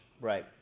Right